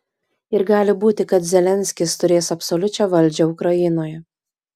ir gali būti kad zelenskis turės absoliučią valdžią ukrainoje